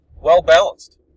well-balanced